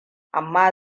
amma